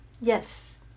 Yes